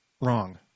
wrong